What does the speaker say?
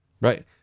right